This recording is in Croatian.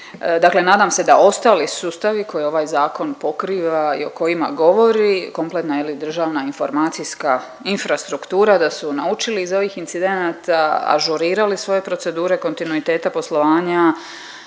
Dakle, nadam se da ostali sustavi koje ovaj zakon pokriva i o kojima govori kompletna je li državna informacijska infrastruktura da su naučili iz ovih incidenata, ažurirali svoje procedure kontinuiteta poslovanja